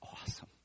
awesome